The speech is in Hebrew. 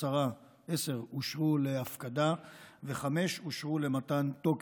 עשר אושרו להפקדה וחמש אושרו למתן תוקף.